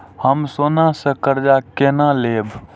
हम सोना से कर्जा केना लैब?